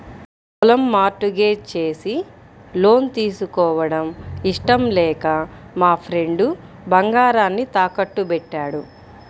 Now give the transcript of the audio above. పొలం mortgage చేసి loan తీసుకోవడం ఇష్టం లేక మా ఫ్రెండు బంగారాన్ని తాకట్టుబెట్టాడు